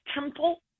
temple